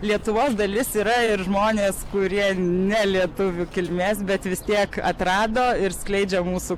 lietuvos dalis yra ir žmonės kurie ne lietuvių kilmės bet vis tiek atrado ir skleidžia mūsų